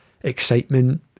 excitement